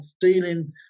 dealing